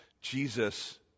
Jesus